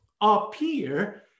appear